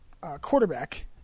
quarterback